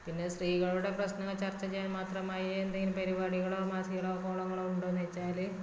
പിന്നെ സ്ത്രികളുടെ പ്രശ്നം ചർച്ച ചെയ്യാൻ മാത്രമായി എന്തെങ്കിലും പരിപാടികളോ മാസികകളോ കോളങ്ങളോ ഉണ്ടോ എന്ന് ചോദിച്ചാൽ